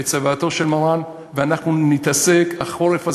את צוואתו של מרן ונתעסק החורף הזה,